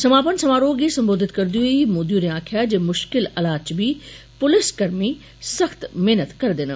समापन समारोह गी संबोधित करदे होई मोदी होरे आखेआ जे मुष्कल हालात च बी पुलसकर्मी सख्त मेह्नत करदे न